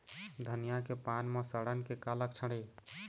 धनिया के पान म सड़न के का लक्षण ये?